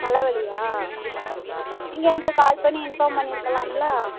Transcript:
தலைவலியா நீங்கள் என்கிட்ட கால் பண்ணி இன்ஃபார்ம் பண்ணி இருக்கலாம்ல